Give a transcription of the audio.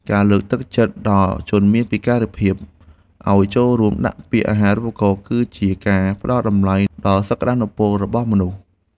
ការលើកទឹកចិត្តដល់ជនមានពិការភាពឱ្យចូលរួមដាក់ពាក្យអាហារូបករណ៍គឺជាការផ្តល់តម្លៃដល់សក្តានុពលរបស់មនុស្ស។